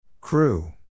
Crew